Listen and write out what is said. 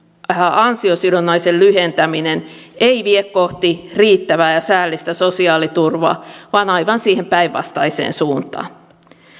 ansiosidonnaisen lyhentäminen ei vie kohti riittävää säällistä sosiaaliturvaa vaan aivan siihen päinvastaiseen suuntaan